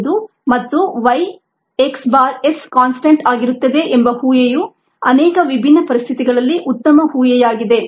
ಮತ್ತು Y x s constant ಆಗಿರುತ್ತದೆ ಎಂಬ ಊಹೆಯು ಅನೇಕ ವಿಭಿನ್ನ ಪರಿಸ್ಥಿತಿಗಳಲ್ಲಿ ಉತ್ತಮ ಊಹೆಯಾಗಿದೆ